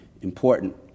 important